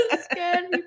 scary